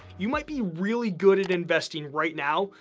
you might be really good at investing right now,